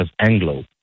Anglo